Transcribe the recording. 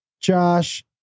Josh